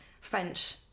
French